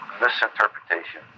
misinterpretation